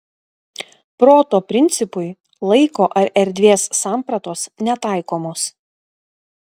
proto principui laiko ar erdvės sampratos netaikomos